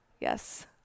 Yes